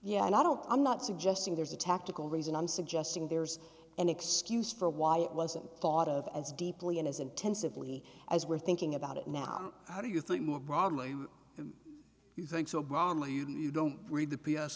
yeah and i don't i'm not suggesting there's a tactical reason i'm suggesting there's an excuse for why it wasn't thought of as deeply and as intensively as we're thinking about it now how do you think more broadly and you think so bromley you don't read the p